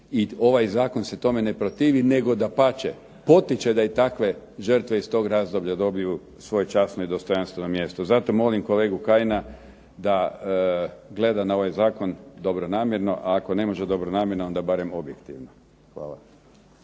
ovaj Zakon se tome ne protivi nego dapače, potiče da takve žrtve iz tog područja dobiju svoje časno i dostojanstveno mjesto. Zato molim kolegu Kajina da gleda na ovaj Zakon dobronamjerno, a ako već ne može dobronamjerno onda barem objektivno. Hvala.